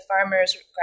farmers